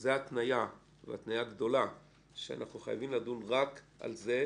זאת התניה גדולה שאנחנו חייבים לדון רק על זה.